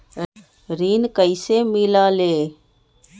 ऋण कईसे मिलल ले?